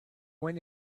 went